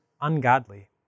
ungodly